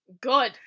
Good